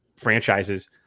franchises –